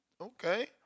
Okay